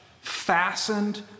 fastened